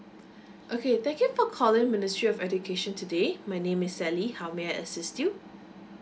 okay thank you for calling ministry of education today my name is sally how may I assist you